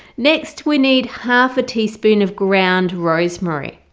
next we need half a teaspoon of ground rosemary.